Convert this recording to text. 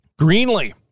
Greenlee